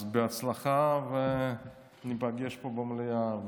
אז בהצלחה, וניפגש פה במליאה.